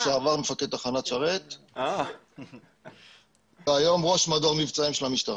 לשעבר מפקד תחנת שרת והיום ראש מדור מבצעים של המשטרה.